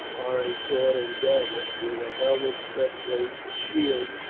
are a sword and dagger, with a helmet, breastplate, and shield,